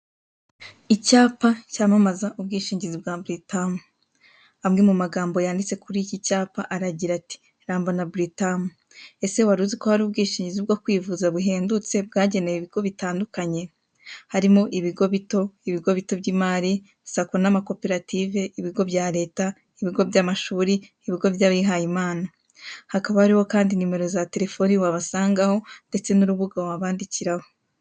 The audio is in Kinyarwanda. Icyapa cyamamaza ubwishingizi bwa Britam, amwe mu magambo yanditse kuri iki cyapa aragira ati:"Ramba na Britam." Ese waruzi ko hari ubwishingizi butandukanye bwo kwivuza buhendutse bwagenewe ibigo bitandukanye, harimo ibigo bito, ibigo bito by'imari, Sacco n'amakoperative ,ibigo bya leta, ibigo by'amashuri, ibigo by'abihayimana, hakaba hariho kandi nimero za telefone wabasangaho, ndetse n'urubuga wabandikiraho.